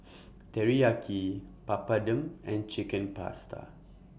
Teriyaki Papadum and Chicken Pasta